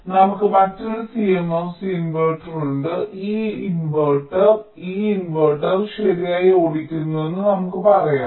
ഇവിടെ നമുക്ക് മറ്റൊരു CMOS ഇൻവെർട്ടർ ഉണ്ട് ഈ ഇൻവെർട്ടർ ഈ ഇൻവെർട്ടർ ശരിയായി ഓടിക്കുന്നുവെന്ന് നമുക്ക് പറയാം